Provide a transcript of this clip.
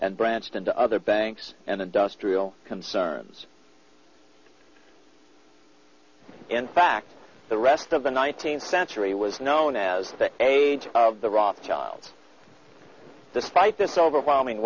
and branched into other banks and industrial concerns in fact the rest of the nineteenth century was known as the age of the rothschilds despite this overwhelming